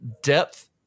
depth